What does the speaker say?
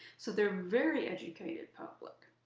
so they're very educated public.